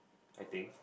I think